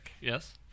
Yes